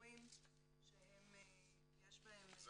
באזורים שיש בהם --- זה